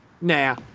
Nah